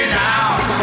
now